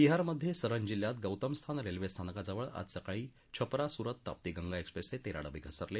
बिहारमधे सरन जिल्ह्यात गौतमस्थान रेल्वे स्थानकाजवळ आज सकाळी छपरा सुरत ताप्ती गंगा एक्सप्रेसचे तेरा डबे घसरले